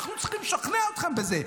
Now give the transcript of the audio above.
אנחנו צריכים לשכנע אתכם בזה.